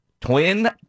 Twin